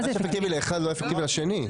אפקטיבי לאחד לא אפקטיבי לשני.